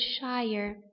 shire